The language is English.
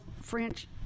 French